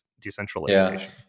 decentralization